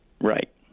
Right